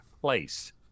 place